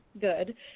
Good